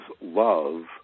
love